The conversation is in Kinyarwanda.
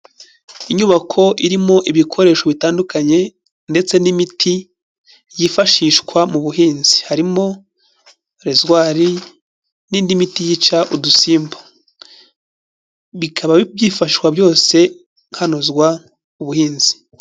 Inyubako irimo ibikoresho bitandukanye ndetse n'imiti yifashishwa mu buhinzi, harimo rezwari n'indi miti yica udusimba, bikaba byifashishwa byose hanozwa ubuhinzi.